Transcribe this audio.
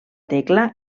tecla